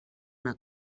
una